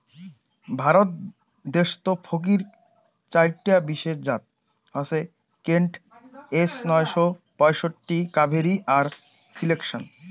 ভারত দেশ্ত কফির চাইরটা বিশেষ জাত হসে কেন্ট, এস নয়শো পঁয়ষট্টি, কাভেরি আর সিলেকশন